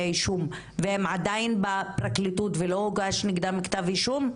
אישום והם עדיין בפרקליטות ולא הוגש נגדם כתב אישום,